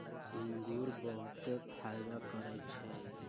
इंगूर बहुते फायदा करै छइ